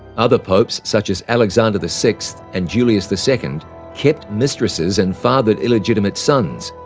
other popes such as alexander the sixth and julius the second kept mistresses and fathered illegitimate sons,